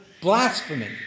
blasphemy